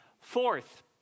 Fourth